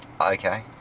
okay